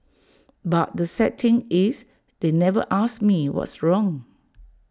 but the sad thing is they never asked me what's wrong